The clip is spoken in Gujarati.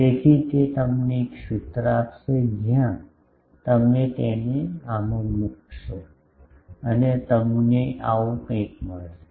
તેથી તે તમને એક સૂત્ર આપશે જ્યાં તમે તેને આમાં મૂકશો અને તમને આવું કંઈક મળશે